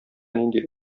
нинди